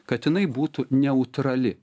kad jinai būtų neutrali